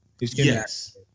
Yes